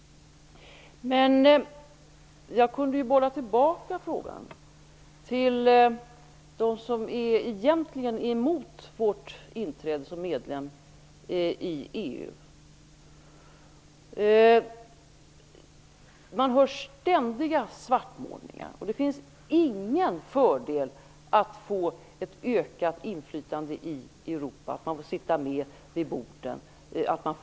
Men jag kunde ju bolla tillbaka frågan till dem som egentligen är emot vårt inträde som medlem i EU. Man hör ständiga svartmålningar. Det finns ingen fördel med att få ett ökat inflytande i Europa och att man får sitta med vid borden.